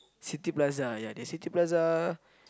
City Plaza ya City Plaza